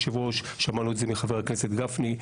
שמענו את זה מחבר הכנסת גפני,